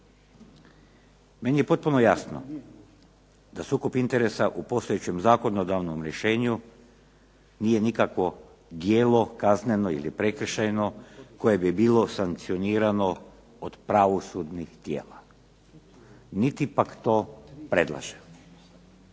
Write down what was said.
Meni je potpuno jasno da sukob interesa u postojećem zakonodavnom rješenju nije nikakvo djelo kazneno ili prekršajno koje bi bilo sankcionirano od pravosudnih tijela niti pak to predlažem.